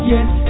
Yes